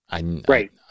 Right